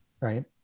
right